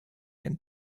and